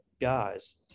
guys